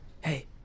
Hey